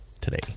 today